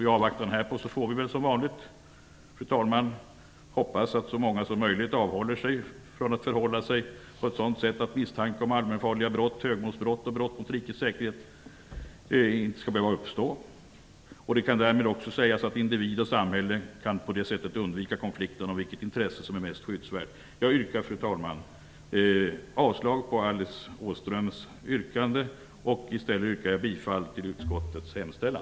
I avvaktan härpå får vi väl som vanligt hoppas att så många som möjligt avhåller sig från att förhålla sig på ett sådant sätt att misstanke om allmänfarliga brott, högmålsbrott och brott mot rikets säkerhet inte behöver uppstå. Därmed kan individ och samhälle undvika konflikten om vilket intresse som är mest skyddsvärt. Fru talman! Jag yrkar avslag på Alice Åströms yrkande och bifall till utskottets hemställan.